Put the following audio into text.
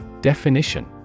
Definition